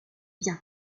bien